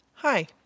Hi